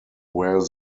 where